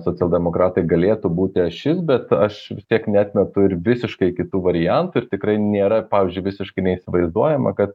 socialdemokratai galėtų būti ašis bet aš vis tiek neatmetu ir visiškai kitų variantų ir tikrai nėra pavyzdžiui visiškai neįsivaizduojama kad